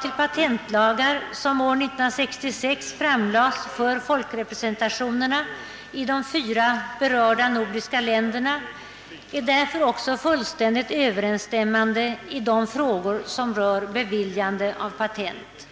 till patentlagar som år 1966 framlades för folkrepresentationerna i de fyra berörda nordiska länderna är därför också fullständigt överensstämmande i de frågor som rör beviljande av patent.